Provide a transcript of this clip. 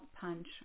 punch